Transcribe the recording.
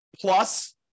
Plus